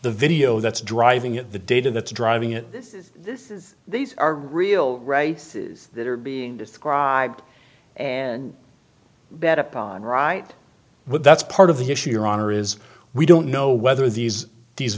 the video that's driving at the data that's driving it this is this is these are real races that are being described and that upon right but that's part of the issue your honor is we don't know whether these these